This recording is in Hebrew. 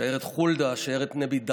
שיירת חולדה, שיירת נבי דניאל,